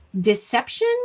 deception